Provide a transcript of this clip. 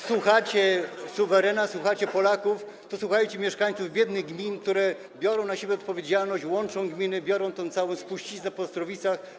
Słuchacie suwerena, słuchacie Polaków, to słuchajcie mieszkańców biednych gmin, które biorą na siebie odpowiedzialność, łącząc gminy, biorą tę całą spuściznę po Ostrowicach.